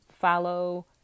Follow